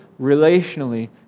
relationally